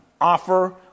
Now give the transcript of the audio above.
offer